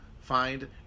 find